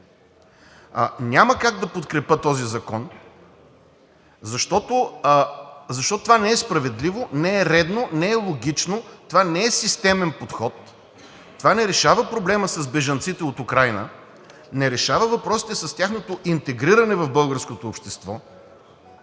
Няма как да подкрепя този законопроект, защото това не е справедливо, не е редно, не е логично. Това не е системен подход, това не решава проблема с бежанците от Украйна, не решава въпросите с тяхното интегриране в българското общество,